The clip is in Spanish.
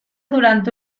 durante